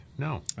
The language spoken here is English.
No